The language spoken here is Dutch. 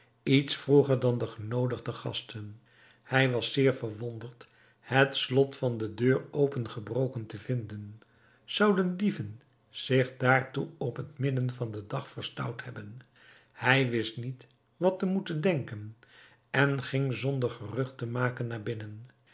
iets vroeger dan de genoodigde gasten hij was zeer verwonderd het slot van de deur opengebroken te vinden zouden dieven zich daartoe op het midden van den dag verstout hebben hij wist niet wat te moeten denken en ging zonder gerucht te maken naar binnen